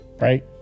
Right